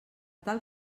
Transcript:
tal